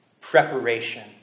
Preparation